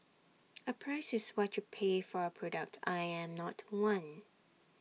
A 'price' is what you pay for A product I am not one